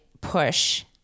push